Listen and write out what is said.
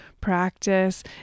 practice